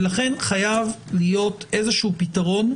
לכן חייב להיות איזשהו פתרון.